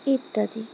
ইত্যাদি